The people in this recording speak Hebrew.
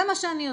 זה מה שאני עושה,